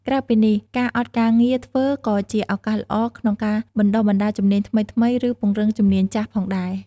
ក្រៅពីនេះ ការអត់ការងារធ្វើក៏ជាឱកាសល្អក្នុងការបណ្តុះបណ្តាលជំនាញថ្មីៗ ឬពង្រឹងជំនាញចាស់ផងដែរ។